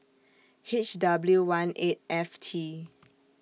H W one eight F T